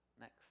next